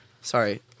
sorry